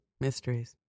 Mysteries